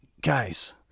Guys